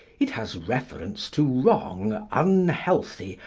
it has reference to wrong, unhealthy,